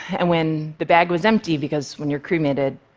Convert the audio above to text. and when the bag was empty because when you're cremated,